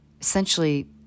Essentially